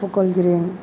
ஒப்புக்கொள்கிறேன்